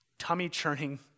tummy-churning